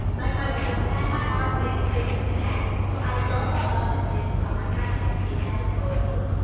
and like my boobs and my armpits, they just connect so, i love, love, love that this covers that cause i hate that in photos.